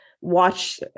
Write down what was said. watch